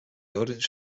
audience